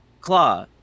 Claw